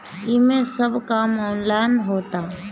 एमे सब काम ऑनलाइन होखता